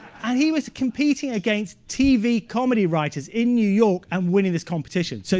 and he was competing against tv comedy writers in new york and winning this competition. so